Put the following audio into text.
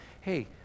Hey